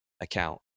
account